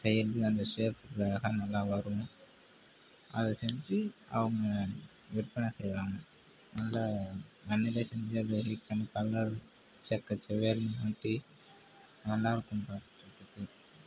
செய்கிறது அந்த ஷேப்பில் அழகாக நல்லா வரும் அதை செஞ்சு அவங்க விற்பனை செய்வாங்க நல்ல மண்ணுலேயே செஞ்சு அதை ஹீட் பண்ணி பண்ணுறது செக்க செவேல்னு மாற்றி நல்லா இருக்கும் பண்ணுறதுக்கு